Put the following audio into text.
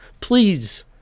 please